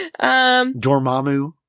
Dormammu